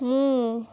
ମୁଁ